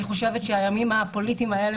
אני חושבת שהימים הפוליטיים האלה